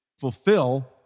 Fulfill